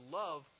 love